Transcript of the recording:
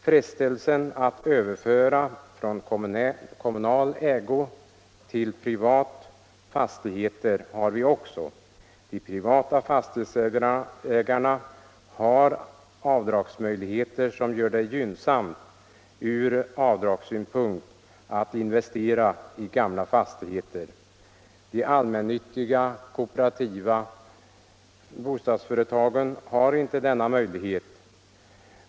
Frestelsen att överföra fastigheter från kommunal ägo till privat finns också. De privata fastighetsägarna har avdragsmöjligheter som gör det gynnsamt att investera i gamla fastigheter. De allmännyttiga och kooperativa bostadsföretagen har inte denna möjlighet.